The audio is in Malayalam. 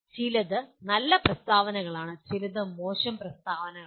ചിലത് നല്ല പ്രസ്താവനകളാണ് ചിലത് മോശം പ്രസ്താവനകളാണ്